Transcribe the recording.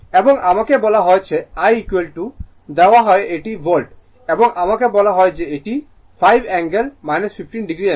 এবং আমাকে বলা হয়েছে I দেওয়া হয় এটি ভোল্ট এবং আমাকে বলা হয় 5 অ্যাঙ্গেল 15o অ্যাম্পিয়ার